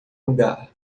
lugar